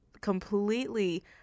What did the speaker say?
completely